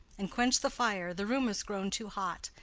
and quench the fire, the room is grown too hot.